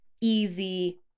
easy